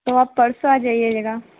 तो आप परसों आ जाइएगा